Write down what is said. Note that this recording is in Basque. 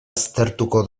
aztertuko